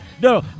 No